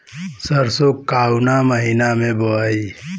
सरसो काउना महीना मे बोआई?